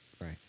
Right